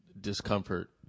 discomfort